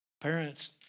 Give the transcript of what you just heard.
Parents